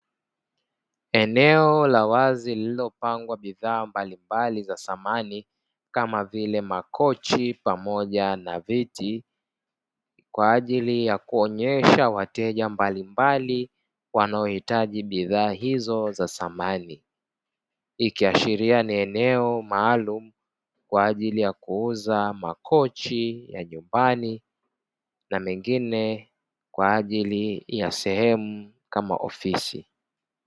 Eneo la wazi lililopangwa bidhaa mbalimbali za samani kama vile makochi pamoja na viti, kwaajili ya kuomyesha wateja mbalimbali wanaohitaji bidhaa hizo za samani, ikiashiria ni eneo maalumu kwa ajili ya kuuza makochi ya nyumbani na mengine kwa ajili yasehemu kama ofisi.